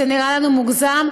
זה נראה לנו מוגזם.